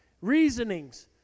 reasonings